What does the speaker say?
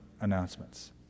announcements